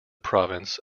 province